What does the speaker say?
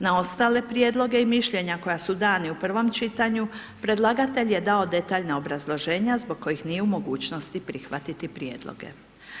Na ostale prijedloge i mišljenja, koje su dani u prvom čitanju, predlagatelj je dao detaljnija obrazloženja zbog kojih nije u mogućnosti prihvatiti prijedlog.